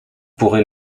pourrez